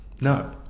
No